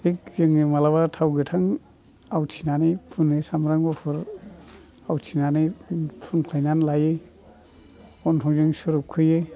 बिदिनो जों माब्लाबा थाव गोथां आवथिनानै सामब्राम गुफुर आवथिनानै फुनख्लायनानै लायो गन्थंजों सुरुबखोयो